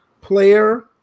player